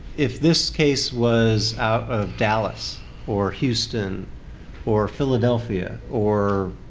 if this case was out of dallas or houston or philadelphia or,